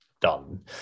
done